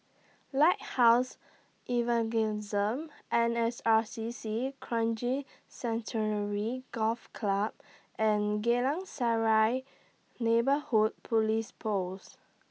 Lighthouse Evangelism N S R C C Kranji Sanctuary Golf Club and Geylang Serai Neighbourhood Police Post